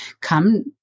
come